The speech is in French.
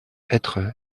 être